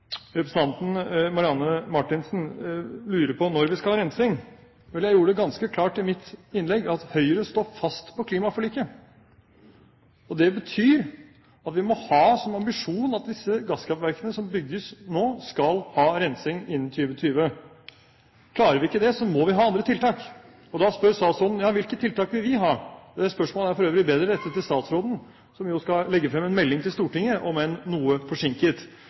Representanten Marianne Marthinsen lurer på når vi skal ha rensing. Vel, jeg gjorde det ganske klart i mitt innlegg at Høyre står fast på klimaforliket, og det betyr at vi må ha som ambisjon at disse gasskraftverkene som bygges nå, skal ha rensing innen 2020. Klarer vi ikke det, må vi ha andre tiltak. Og da spør statsråden: Hvilke tiltak vil vi ha? Spørsmålet om tiltak er det for øvrig bedre å rette til statsråden, som jo skal legge frem en melding til Stortinget, om enn noe forsinket.